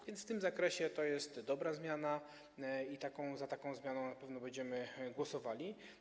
A więc w tym zakresie to jest dobra zmiana i za taką zmianą na pewno będziemy głosowali.